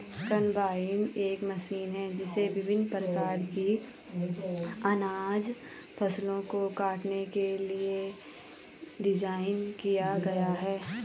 combine एक machine है जिसे विभिन्न प्रकार की अनाज फसलों को काटने के लिए डिज़ाइन किया गया है